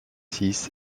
six